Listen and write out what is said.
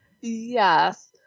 Yes